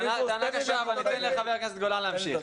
תן לחבר הכנסת גולן להמשיך.